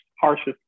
harshest